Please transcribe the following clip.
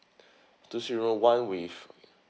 two suite room one with